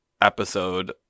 episode